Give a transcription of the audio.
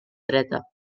dreta